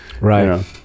Right